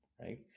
right